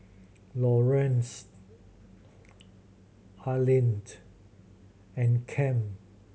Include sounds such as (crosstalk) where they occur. Laurance Alline (unintelligible) and (unintelligible)